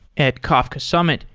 at kafka summit,